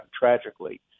tragically